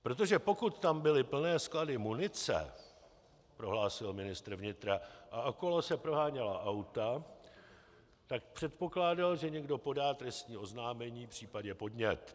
Protože pokud tam byly plné sklady munice, prohlásil ministr vnitra, a okolo se proháněla auta, tak předpokládal, že někdo podá trestní oznámení, případně podnět.